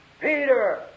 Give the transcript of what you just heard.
Peter